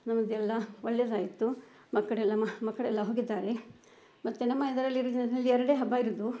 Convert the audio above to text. ನಮ್ಮದೆಲ್ಲ ಒಳ್ಳೇದಾಯಿತು ಮಕ್ಕಳೆಲ್ಲ ಮಕ್ಕಳೆಲ್ಲ ಹೋಗಿದ್ದಾರೆ ಮತ್ತೆ ನಮ್ಮ ಇದರಲ್ಲಿ ರಿಲೀಜನಲ್ಲಿ ಎರಡೇ ಹಬ್ಬ ಇರೋದು